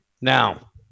now